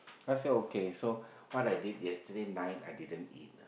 I say okay so what I did yesterday night I didn't eat